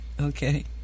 Okay